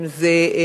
אם זה מוזיקה,